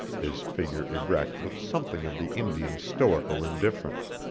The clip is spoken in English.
his figure erect with something of the indian's stoical indifference.